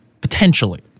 potentially